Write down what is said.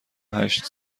هشت